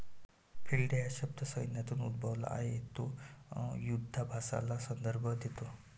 field day हा शब्द सैन्यातून उद्भवला आहे तो युधाभ्यासाचा संदर्भ देतो